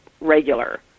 regular